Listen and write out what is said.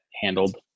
handled